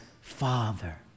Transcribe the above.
Father